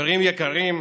חברים יקרים,